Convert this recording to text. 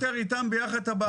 אני פותר איתם יחד את הבעיות.